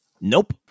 Nope